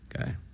Okay